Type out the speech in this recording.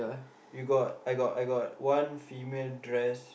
you got I got I got one female dress